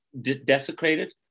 desecrated